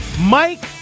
Mike